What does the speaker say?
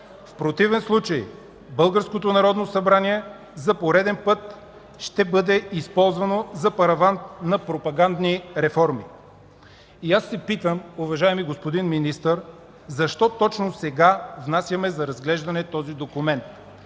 В противен случай българското Народно събрание за пореден път ще бъде използвано за параван на пропагандни реформи. Аз се питам, уважаеми господин Министър, защо точно сега внасяте за разглеждане този документ?